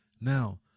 Now